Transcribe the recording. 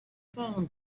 palm